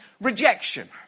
rejection